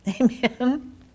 amen